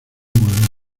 guardar